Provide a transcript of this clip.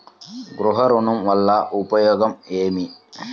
గృహ ఋణం వల్ల ఉపయోగం ఏమి?